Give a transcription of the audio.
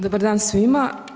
Dobar dan svima.